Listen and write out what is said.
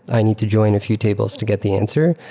i need to join a few tables to get the answer.